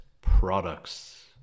products